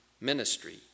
ministry